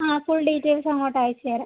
ആ full details അങ്ങോട്ട് അയച്ചുതരാം